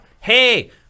hey